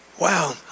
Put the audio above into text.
Wow